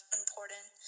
important